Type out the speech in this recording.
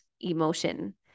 emotion